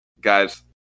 Guys